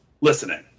listening